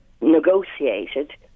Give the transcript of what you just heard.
negotiated